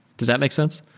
does that make sense?